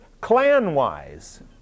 clan-wise